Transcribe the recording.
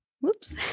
Whoops